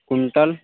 quintal